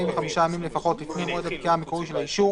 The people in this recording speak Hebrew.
45 ימים לפחות לפני מועד הפקיעה המקורי של האישור,